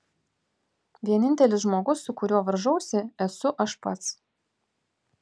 vienintelis žmogus su kuriuo varžausi esu aš pats